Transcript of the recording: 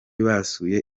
basuye